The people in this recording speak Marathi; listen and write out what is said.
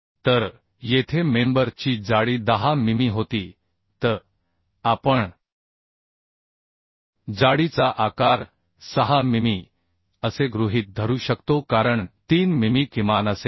तर येथे मेंबर ची जाडी 10 मिमी होती तर आपण जाडीचा आकार 6 मिमी असे गृहीत धरू शकतो कारण 3 मिमी किमान असेल